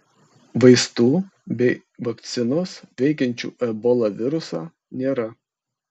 vaistų bei vakcinos veikiančių ebola virusą nėra